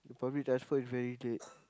the public transport is very dead